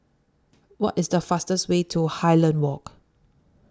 What IS The fastest Way to Highland Walk